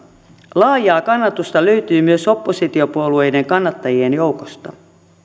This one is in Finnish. laajaa kannatusta löytyy myös oppositiopuolueiden kannattajien joukosta